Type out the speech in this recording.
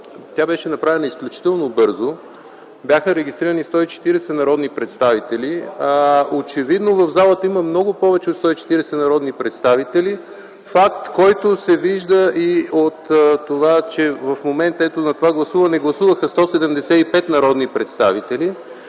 тя беше направена изключително бързо. Бяха регистрирани 140 народни представители, а очевидно в залата има много повече от 140 народни представители – факт, който се вижда и от това, че в момента, на това гласуване, гласуваха 175 народни представители.